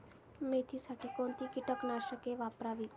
मेथीसाठी कोणती कीटकनाशके वापरावी?